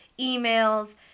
emails